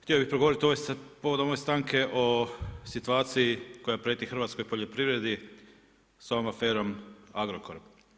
Htio bih progovoriti povodom ove stanke o situaciji koja prijeti hrvatskoj poljoprivredi sa ovom aferom Agrokor.